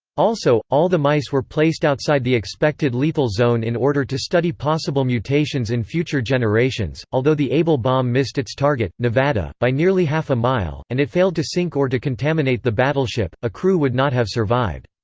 also, all the mice were placed outside the expected lethal zone in order to study possible mutations in future generations although the able bomb missed its target, nevada, by nearly half a mile, and it failed to sink or to contaminate the battleship, a crew would not have survived.